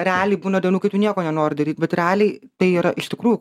realiai būna dienų kai tu nieko nenori daryt bet realiai tai yra iš tikrų